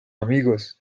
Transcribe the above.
amigos